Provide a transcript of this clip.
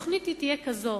התוכנית תהיה כזאת